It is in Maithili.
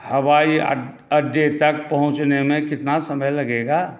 हवाईअड्डे तक पहुँचने में कितना समय लगेगा